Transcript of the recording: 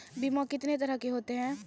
बीमा कितने तरह के होते हैं?